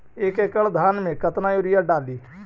एक एकड़ धान मे कतना यूरिया डाली?